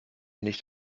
nicht